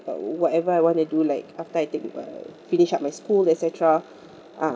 but whatever I want to do like after I take uh finished up my school et cetera uh